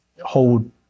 hold